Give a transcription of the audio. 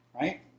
right